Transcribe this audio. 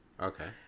okay